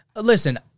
listen